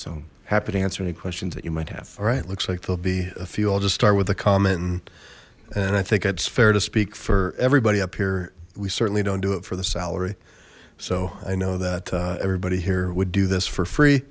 so happy to answer any questions that you might have all right looks like there'll be a few i'll just start with a comment and i think it's fair to speak for everybody up here we certainly don't do it for the salary so i know that everybody here would do this for free